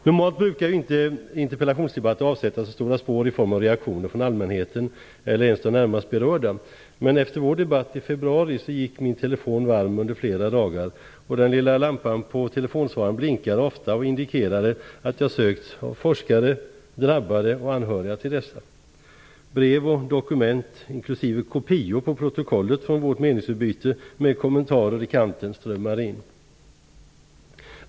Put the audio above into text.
Normalt brukar interpellationsdebatter inte avsätta några spår i form av reaktioner från allmänheten eller ens de närmast berörda, men efter vår debatt i februari gick min telefon varm under flera dagar, och den lilla lampan på telefonsvararen blinkade ofta och indikerade att jag sökts av forskare, drabbade och anhöriga till sådana. Brev och dokument, inklusive kopior av protokollet från vårt meningsutbyte med kommentarer i kanten, strömmade in.